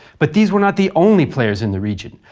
but these were not the only players in the region,